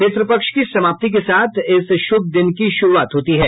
पितृपक्ष की समाप्ति के साथ इस शुभ दिन की शुरुआत होती है